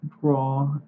draw